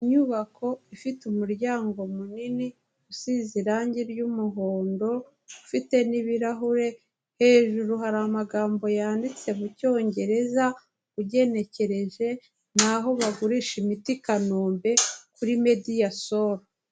Inyubako ifite umuryango munini usize irangi ry'umuhondo, ufite n'ibirahure, hejuru hari amagambo yanditse mu cyongereza, ugenekereje ni aho bagurisha imiti i Kanombe kuri Media Sol.